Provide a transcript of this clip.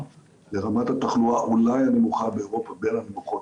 לרמת התחלואה אולי הנמוכה באירופה בין הנמוכות,